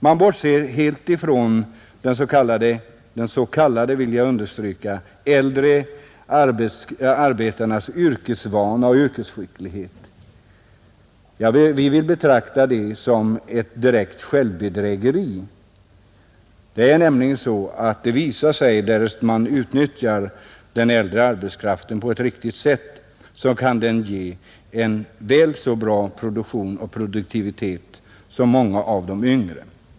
Man bortser helt från de så kallade — jag vill understryka: så kallade — äldre arbetarnas yrkesvana och yrkesskicklighet. Jag vill betrakta det som ett direkt självbedrägeri. Det visar sig nämligen att den äldre arbetskraften, därest man utnyttjar den på ett riktigt sätt, kan ge väl så god produktivitet som många av de yngre.